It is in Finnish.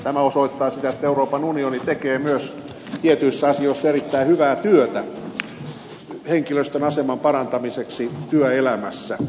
tämä osoittaa sitä että euroopan unioni tekee myös tietyissä asioissa erittäin hyvää työtä henkilöstön aseman parantamiseksi työelämässä